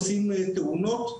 עושים תאונות,